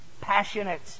passionate